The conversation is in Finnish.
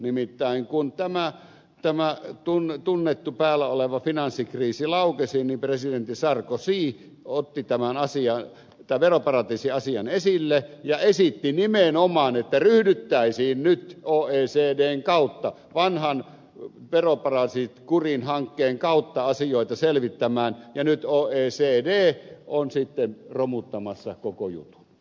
nimittäin kun tämä tunnettu päällä oleva finanssikriisi laukesi niin presidentti sarkozy otti tämän veroparatiisiasian esille ja esitti nimenomaan että ryhdyttäisiin nyt oecdn kautta vanhan veroparatiisit kuriin hankkeen kautta asioita selvittämään ja nyt oecd on sitten romuttamassa koko jutu h